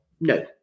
No